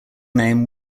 name